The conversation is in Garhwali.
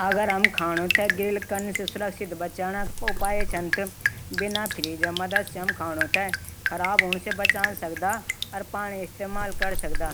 अगर हम खाणू थे गिरल कन से सुरक्षित बचाणा उपाय छःन त बिना फ्रीज मदद से भी खराब हूणू से बचे सकदा और पाणी इस्तेमाल कै सकदा